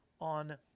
on